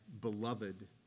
beloved